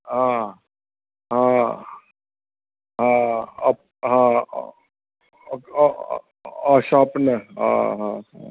हा हा हा अप हा ऐं ऐं ऐं शोपनर हा हा